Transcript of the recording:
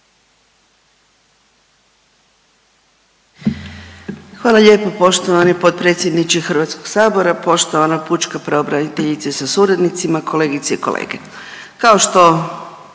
Hvala lijepa poštovani predsjedniče HS, poštovana pučka pravobraniteljice sa suradnicima, kolegice i kolege.